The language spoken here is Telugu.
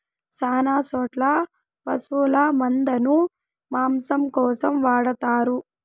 శ్యాన చోట్ల పశుల మందను మాంసం కోసం వాడతారు